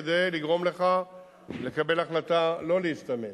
כדי לגרום לך לקבל החלטה לא להשתמש,